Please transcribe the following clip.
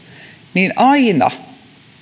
niin aina